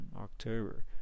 October